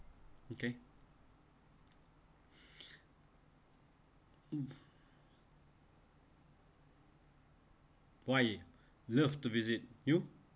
okay why love to visit you